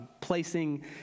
placing